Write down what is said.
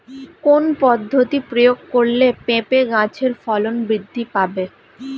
কোন পদ্ধতি প্রয়োগ করলে পেঁপে গাছের ফলন বৃদ্ধি পাবে?